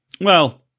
Well-